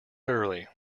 early